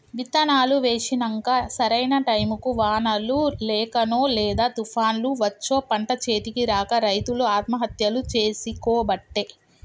విత్తనాలు వేశినంక సరైన టైముకు వానలు లేకనో లేదా తుపాన్లు వచ్చో పంట చేతికి రాక రైతులు ఆత్మహత్యలు చేసికోబట్టే